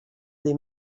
des